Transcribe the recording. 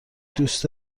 دوست